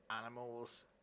animals